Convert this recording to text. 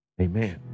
Amen